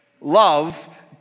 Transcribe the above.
Love